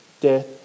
death